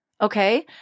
okay